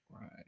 Right